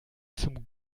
zum